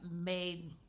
made